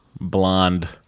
blonde